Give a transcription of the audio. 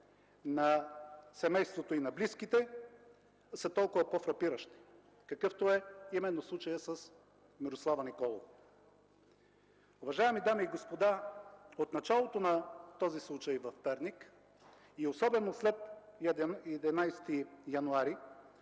на семейството и близките, са толкова по-фрапиращи – какъвто е именно случаят с Мирослава Николова. Уважаеми дами и господа, от началото на този случай в Перник и особено след 11 януари